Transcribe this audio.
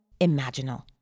imaginal